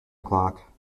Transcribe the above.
o’clock